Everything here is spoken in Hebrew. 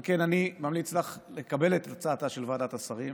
על כן, אני ממליץ לך לקבל את הצעתה של ועדת השרים,